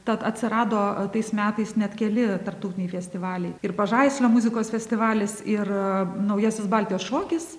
tad atsirado tais metais net keli tarptautiniai festivaliai ir pažaislio muzikos festivalis ir naujasis baltijos šokis